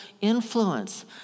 influence